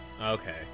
okay